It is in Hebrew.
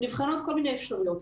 נבחנות כל מיני אפשרויות.